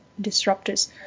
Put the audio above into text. disruptors